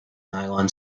nylon